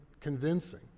convincing